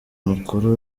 mukuru